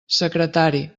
secretari